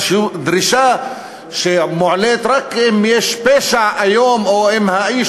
דרישה שמועלית רק אם יש פשע איום או אם האיש